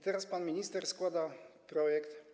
Teraz pan minister składa projekt.